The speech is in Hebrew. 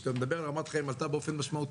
כשאתה מדבר על כך שרמת החיים עלתה באופן משמעותי,